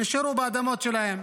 הם נשארו באדמות שלהם.